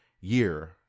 year